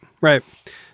right